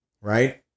Right